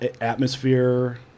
Atmosphere